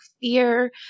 fear